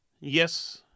Yes